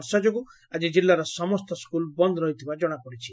ବର୍ଷା ଯୋଗୁଁ ଆକି କିଲ୍ଲାର ସମସ୍ତ ସ୍କୁଲ ବନ୍ଦ ରହିଥିବା ଜଣାପଡ଼ିଛି